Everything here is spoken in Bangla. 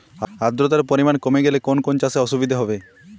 আদ্রতার পরিমাণ কমে গেলে কোন কোন চাষে অসুবিধে হবে?